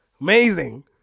Amazing